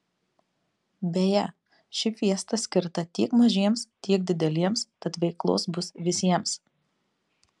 beje ši fiesta skirta tiek mažiems tiek dideliems tad veiklos bus visiems